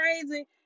crazy